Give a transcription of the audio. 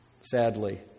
Sadly